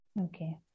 okay